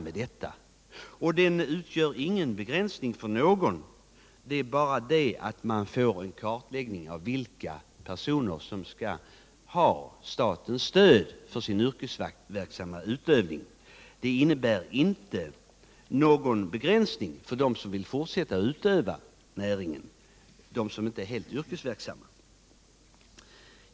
Licensieringen utgör ingen begränsning för någon, den medför bara att man får en kartläggning av vilka personer som skall ha statens stöd för sin yrkesverksamma utövningåPen innebär inte någon begränsning för dem som inte är helt yrkesverksamma och som vill fortsätta att fiska.